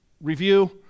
review